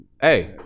Hey